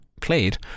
played